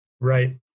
Right